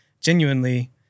genuinely